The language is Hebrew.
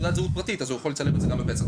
תעודת זהות פרטית זה דבר שאפשר לצלם גם בפסח,